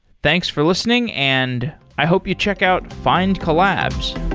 thanks for listening, and i hope you check out findcollabs.